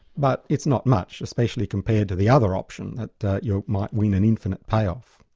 but it's not much, especially compared to the other option, that that you might win an infinite payoff.